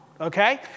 okay